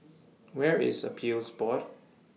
Where IS Appeals Board